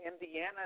Indiana